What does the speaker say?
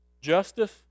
Justice